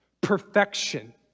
perfection